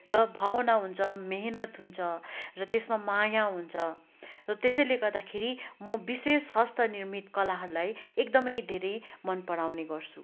र भावना हुन्छ मेहनत हुन्छ र त्यसमा माया हुन्छ र त्यसैले गर्दाखेरि म विशेष हस्तनिर्मित कलाहरूलाई एकदमै धेरै मन पराउने गर्छु